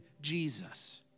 Jesus